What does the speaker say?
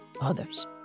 others